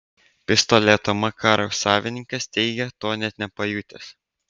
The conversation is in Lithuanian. pistoleto makarov savininkas teigia to net nepajutęs